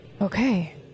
Okay